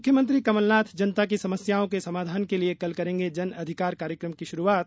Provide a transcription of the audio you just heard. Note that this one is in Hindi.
मुख्यमंत्री कमलनाथ जनता की समस्याओं के समाधान के लिए कल करेंगे जन अधिकार कार्यक्रम की शुरुआत